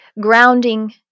grounding